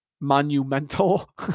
monumental